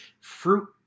fruit